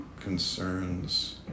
concerns